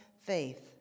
faith